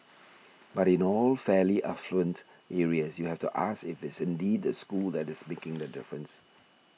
but in all fairly affluent areas you have to ask if it is indeed the school that is making the difference